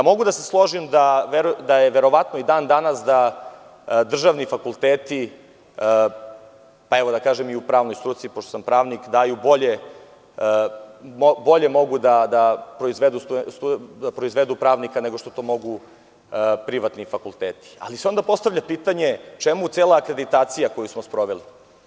Mogu da se složim da je verovatno da i dan danas državni fakulteti, evo da kažem i u pravnoj struci, pošto sam pravnik, daju bolje, mogu da proizvedu pravnika nego što to mogu privatni fakulteti, ali se onda postavlja pitanje - čemu cela akreditacija koju smo sproveli?